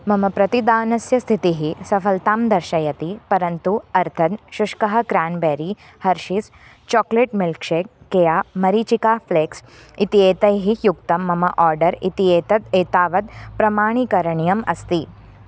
मम प्रतिदानस्य स्थितिः सफलतां दर्शयति परन्तु अर्थन् शुष्कः cranberry Hershey's chocolate milkshake केया मरीचिका फ़्लेक्स् इत्येतैः युक्तं मम आर्डर् इत्येतत् एतावत् प्रमाणीकरणीयम् अस्ति